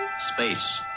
space